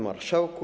Marszałku!